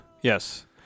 yes